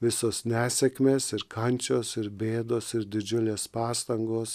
visos nesėkmės ir kančios ir bėdos ir didžiulės pastangos